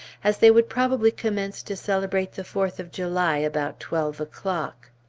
as they would probably commence to celebrate the fourth of july about twelve o'clock.